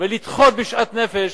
ולדחות בשאט נפש